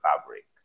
fabric